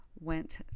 went